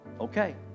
Okay